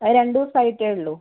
രണ്ട് ദിവസം ആയിട്ടേ ഉള്ളൂ